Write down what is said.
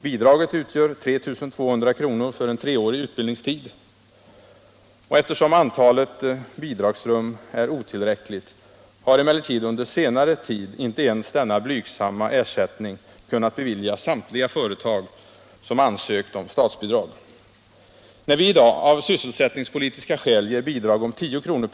Bidraget utgör 3 200 kr. för en treårig utbildningstid. Eftersom antalet bidragsrum är otillräckligt har emellertid under senare tid inte ens denna blygsamma ersättning kunnat beviljas samtliga företag som ansökt om statsbidrag. När vi i dag av sysselsättningspolitiska skäl ger bidrag om 10 kr.